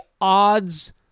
odds